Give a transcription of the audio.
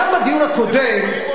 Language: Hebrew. גם בדיון הקודם,